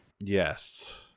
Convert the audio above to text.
Yes